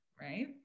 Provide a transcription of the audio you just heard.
right